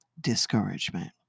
discouragement